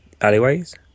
alleyways